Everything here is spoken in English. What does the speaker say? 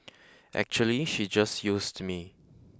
actually she just used me